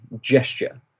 gesture